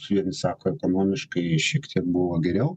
vieni sako ekonomiškai šiek tiek buvo geriau